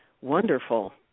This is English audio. wonderful